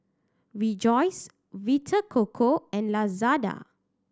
Rejoice Vita Coco and Lazada